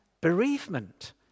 bereavement